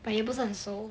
but 也不是很熟